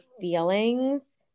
feelings